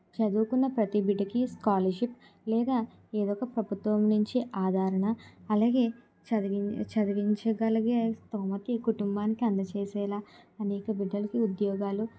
చదువుకున్న ప్రతి బిడ్డకి స్కాలర్షిప్ లేదా ఏదో ఒక ప్రభుత్వం నుంచి ఆదరణ అలాగే చదివిం చదివించగలిగే స్తోమత కుటుంబానికి అందజేసేలా అనేక బిడ్డలకి ఉద్యోగాలు